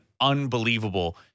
unbelievable